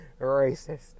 racist